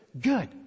Good